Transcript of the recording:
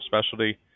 Specialty